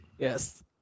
Yes